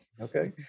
okay